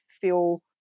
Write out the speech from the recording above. feel